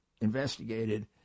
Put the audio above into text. investigated